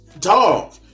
dog